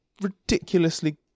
ridiculously